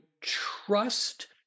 trust